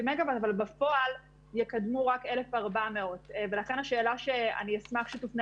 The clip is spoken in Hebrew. מגה-וואט אבל בפועל יקדמו רק 1,400. ולכן השאלה שאני אשמח שתופנה